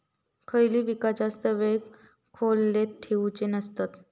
खयली पीका जास्त वेळ खोल्येत ठेवूचे नसतत?